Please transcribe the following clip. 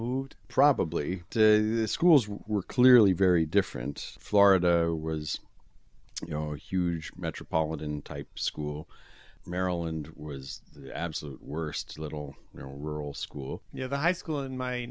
moved probably to the schools were clearly very different florida was you know a huge metropolitan type school maryland was the absolute worst little rural school you know the high school in my